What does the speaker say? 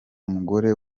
mugore